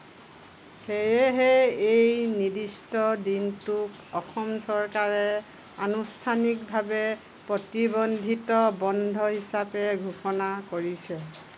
সেয়েহে এই নিৰ্দিষ্ট দিনটোক অসম চৰকাৰে আনুষ্ঠানিকভাৱে প্ৰতিবন্ধিত বন্ধ হিচাপে ঘোষণা কৰিছে